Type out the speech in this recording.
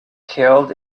killed